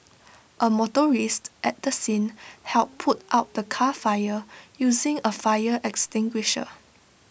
A motorist at the scene helped put out the car fire using A fire extinguisher